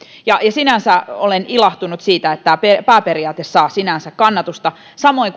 sinänsä olen ilahtunut siitä että tämä pääperiaate saa kannatusta samoin